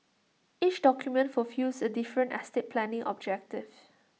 each document fulfils A different estate planning objective